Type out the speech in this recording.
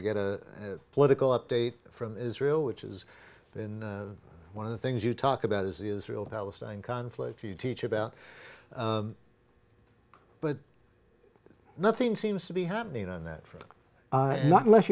to get a political update from israel which is one of the things you talk about is israel palestine conflict you teach about but nothing seems to be happening on that front unless